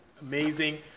amazing